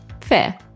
Fair